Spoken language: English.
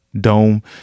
Dome